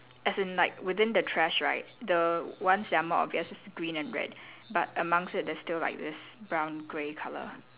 as in like within the trash right the ones that are more obvious is green and red but amongst it there's still like this brown grey colour